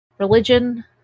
Religion